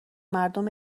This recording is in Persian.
مردم